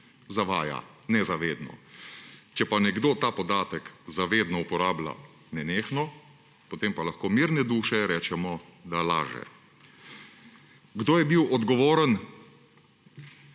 zavaja nezavedno, če nekdo ta podatek zavedno uporablja nenehno, potem pa lahko mirne duše rečemo, da laže. Kdo je bil odgovoren